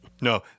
no